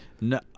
no